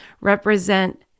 represent